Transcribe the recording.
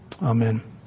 Amen